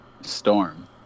Storm